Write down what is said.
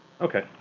okay